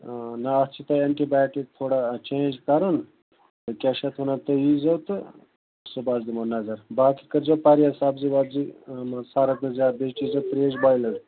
نہَ اَتھ چھُ تۅہہِ اینٹِی بیٛاٹِک تھوڑا چینٛج کرُن کیٛاہ چھِ اَتھ ونان تُہۍ ییٖزیٚو تہٕ صُبحس دِمو نَظر باقٕے کٔرۍزٮ۪و پرہیز سبزی وبزی مان ژٕ سرد نہٕ زیادٕ بیٚیہِ چیٚزٮ۪و تریٖش بۄیلٕڈ